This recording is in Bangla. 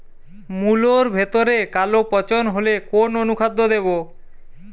মুলোর ভেতরে কালো পচন হলে কোন অনুখাদ্য দেবো?